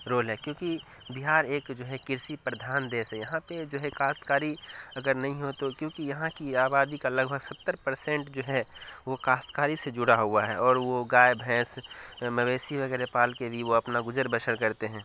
role ہے کیونکہ بہار ایک جو ہے کرشی پردھان دیش ہے یہاں پہ جو ہے کاشتکاری اگر نہیں ہو تو کیونکہ یہاں کی آبادی کا لگ بھگ ستر پرسنٹ جو ہے وہ کاشتکاری سے جڑا ہوا ہے اور وہ گائے بھینس مویشی وغیرہ پال کے بھی وہ اپنا گزر بسر کرتے ہیں